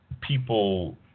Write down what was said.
people